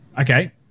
Okay